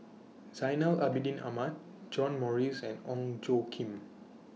Zainal Abidin Ahmad John Morrice and Ong Tjoe Kim